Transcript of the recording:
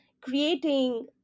creating